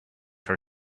her